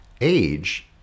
Age